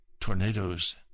tornadoes